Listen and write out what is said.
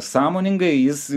sąmoningai jis